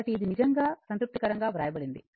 కాబట్టి ఇది నిజంగా సంతృప్తికరంగా వ్రాయబడింది